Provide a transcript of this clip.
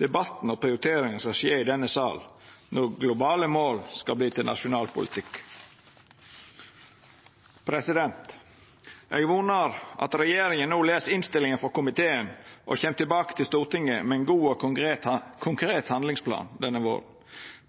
Debatten og prioriteringane skal skje i denne salen når globale mål skal verta til nasjonal politikk. Eg vonar at regjeringa no les innstillinga frå komiteen og kjem tilbake til Stortinget med ein god og konkret handlingsplan denne våren.